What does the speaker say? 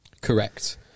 Correct